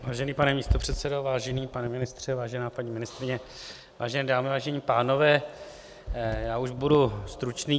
Vážený pane místopředsedo, vážený pane ministře, vážená paní ministryně, vážené dámy, vážení pánové, já už budu stručný.